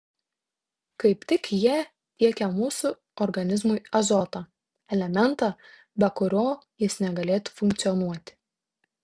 kaip tik jie tiekia mūsų organizmui azotą elementą be kurio jis negalėtų funkcionuoti